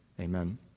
amen